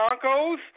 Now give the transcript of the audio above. Broncos